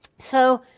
so,